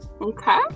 Okay